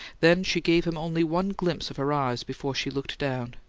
then she gave him only one glimpse of her eyes before she looked down.